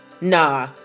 Nah